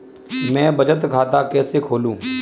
मैं बचत खाता कैसे खोलूं?